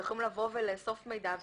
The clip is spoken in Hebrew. הם יכולים לבוא ולאסוף מידע,